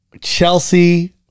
Chelsea